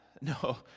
No